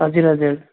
हजुर हजुर